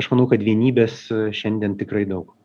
aš manau kad vienybės šiandien tikrai daug